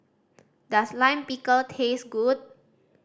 does Lime Pickle taste good